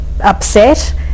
upset